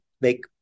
make